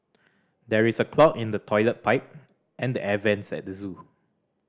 there is a clog in the toilet pipe and the air vents at the zoo